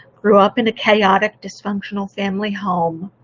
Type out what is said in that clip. grew up in a chaotic dysfunctional family home,